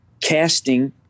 casting